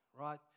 right